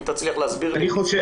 אם תצליח להסביר לי אני אשמח.